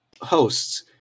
hosts